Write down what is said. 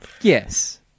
Yes